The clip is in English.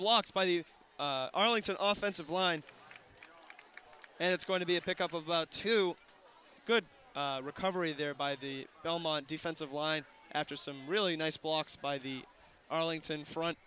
blocks by the arlington offensive line and it's going to be a pick up of two good recovery there by the belmont defensive line after some really nice blocks by the arlington front